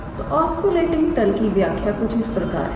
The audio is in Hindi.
तो ऑस्कुलेटिंग तल की व्याख्या कुछ इस प्रकार है